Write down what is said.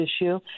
issue